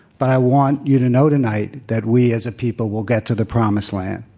but i want you to know tonight that we as a people will get to the promised land.